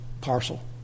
parcel